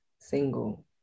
single